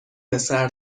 پسر